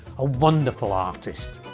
a wonderful artist.